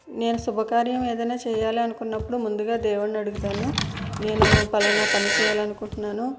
నేను శుభకార్యం ఏదైనా చెయ్యాలి అనుకున్నపుడు ముందుగా దేవుడిని అడుగుతాను నేను పలానా పనిచేయాలని అనుకుంటున్నాను